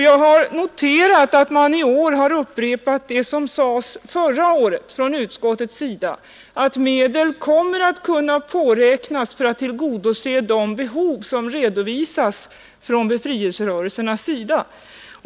Jag har noterat att utskottet i år har upprepat det som förra året anfördes, nämligen att medel kommer att kunna påräknas för att tillgodose de behov som redovisas från befrielserörelsernas sida.